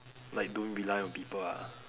like don't rely on people ah